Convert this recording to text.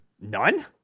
None